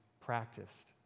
practiced